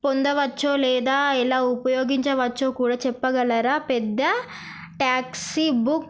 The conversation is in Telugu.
పొందవచ్చో లేదా ఎలా ఉపయోగించవచ్చో కూడా చెప్పగలరా పెద్ద ట్యాక్సీ బుక్